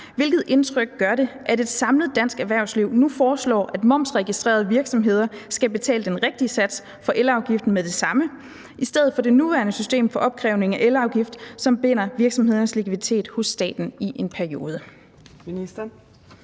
hvilket indtryk gør det, at et samlet dansk erhvervsliv nu foreslår, at momsregistrerede virksomheder skal betale den rigtige sats for elafgiften med det samme i stedet for det nuværende system for opkrævning af elafgift, som binder virksomhedernes likviditet hos staten i en periode?